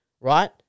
Right